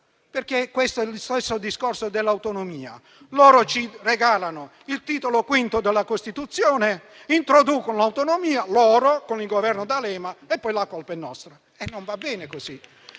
Questo, però, è lo stesso discorso dell'autonomia: loro ci regalano il Titolo V della Costituzione, introducono l'autonomia (loro, con il Governo D'Alema) e poi la colpa è nostra e non va bene così.